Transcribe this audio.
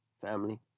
family